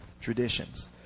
traditions